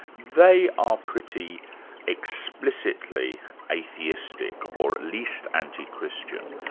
they are pretty explicitly atheistic, or at least anti-christian.